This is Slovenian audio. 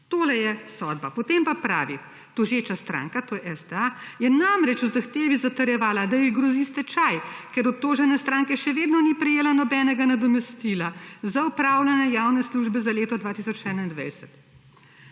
Tole je sodba. Potem pa pravi. Tožeča stranka, to je STA, je namreč v zahtevi zatrjevala, da ji grozi stečaj, ker obtožene stranke še vedno ni prejela nobenega nadomestila za upravljanje javne službe za leto 2021.